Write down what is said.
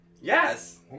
Yes